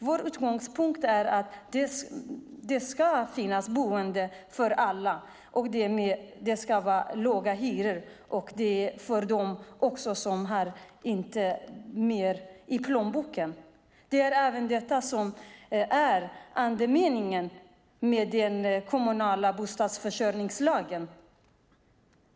Vår utgångspunkt är att det ska finnas boende för alla och att det ska vara låga hyror också för dem som inte har mer i plånboken. Det är även detta som är andemeningen med den kommunala bostadsförsörjningslagen.